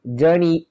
journey